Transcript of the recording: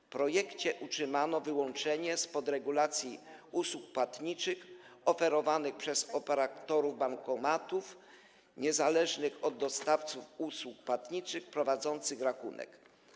W projekcie utrzymano wyłączenie spod regulacji usług płatniczych oferowanych przez operatorów bankomatów niezależnych od dostawców usług płatniczych prowadzących rachunek.